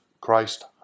Christ